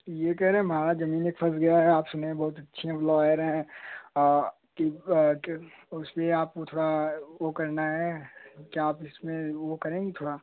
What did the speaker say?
यह कह रहे हैं हमारा ज़मीन एक फँस गया आप सुने हैं बहुत अच्छे लॉयर है और की उसमें आपको थोड़ा वह करना है क्या आप इसमें वह करेंगे थोड़ा